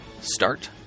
start